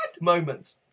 moment